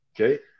Okay